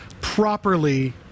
properly